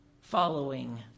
following